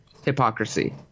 Hypocrisy